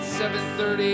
7.30